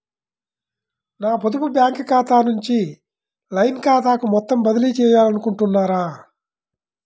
నా పొదుపు బ్యాంకు ఖాతా నుంచి లైన్ ఖాతాకు మొత్తం బదిలీ చేయాలనుకుంటున్నారా?